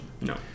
No